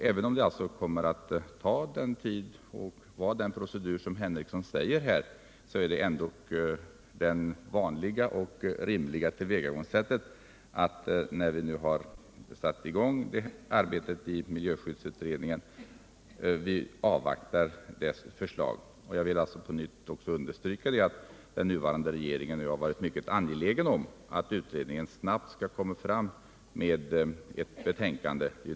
Även om det alltså kommer att ta den tid och vara den procedur som Lars Henrikson anför är det ändå det vanliga och rimliga tillvägagångssättet att vi, när vi nu har satt i gång ett arbete i miljöskyddsutredningen, avvaktar dess förslag. Jag vill alltså på nytt understryka att den nuvarande regeringen har varit mycket angelägen om att utredningen snabbt skall lägga fram ett betänkande.